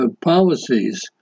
policies